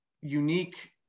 unique